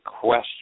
question